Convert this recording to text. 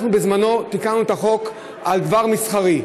אנחנו בזמנו תיקנו את החוק על דבר מסחרי.